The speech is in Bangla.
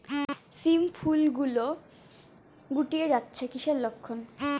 শিম ফল গুলো গুটিয়ে যাচ্ছে কিসের লক্ষন?